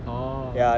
orh